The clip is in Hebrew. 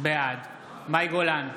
בעד מאי גולן,